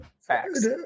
Facts